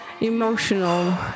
emotional